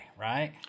right